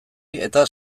eta